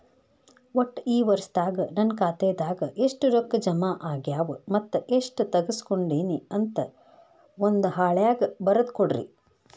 ಒಟ್ಟ ಈ ವರ್ಷದಾಗ ನನ್ನ ಖಾತೆದಾಗ ಎಷ್ಟ ರೊಕ್ಕ ಜಮಾ ಆಗ್ಯಾವ ಮತ್ತ ಎಷ್ಟ ತಗಸ್ಕೊಂಡೇನಿ ಅಂತ ಒಂದ್ ಹಾಳ್ಯಾಗ ಬರದ ಕೊಡ್ರಿ